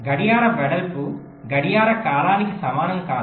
గడియార వెడల్పు గడియార కాలానికి సమానం కాదు